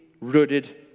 rooted